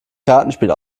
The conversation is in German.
kartenspiel